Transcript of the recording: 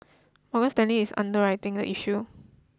Morgan Stanley is underwriting the issue